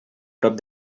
prop